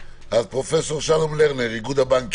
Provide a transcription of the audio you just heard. פרופ' שלום לרנר מאיגוד הבנקים.